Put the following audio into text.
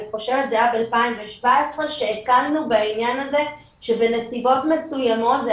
אני חושבת שזה היה ב-2017 שהכרנו בעניין הזה שבנסיבות מסוימות,